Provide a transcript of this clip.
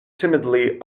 timidly